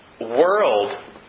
world